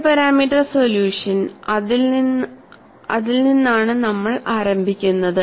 രണ്ട് പാരാമീറ്റർ സൊല്യൂഷനിൽ നിന്നാണ് നമ്മൾ ആരംഭിക്കുന്നത്